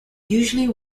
usually